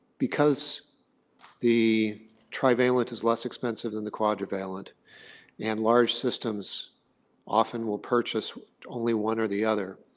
because the trivalent is less expensive than the quadrivalent and large systems often will purchase only one or the other,